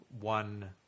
one